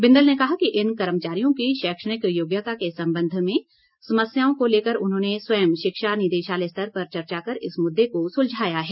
बिंदल ने कहा कि इन कर्मचारियों की शैक्षणिक योग्यता के संबंध में समस्याओं को लेकर उन्होंने स्वयं शिक्षा निदेशालय स्तर पर चर्चा कर इस मुद्दे को सुलझाया है